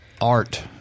art